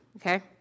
okay